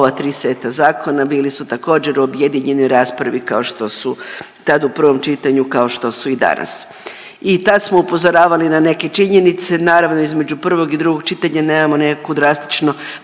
ova tri seta zakona bili su također objedinjeni u raspravi kao što su, tad u prvom čitanju, kao što su i danas i tad smo upozoravali na neke činjenice. Naravno između prvog i drugog čitanja nemamo nekakvu drastično